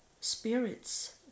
spirits